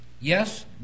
Yes